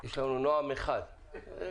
יש לנו נועם 1 כזה.